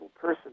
person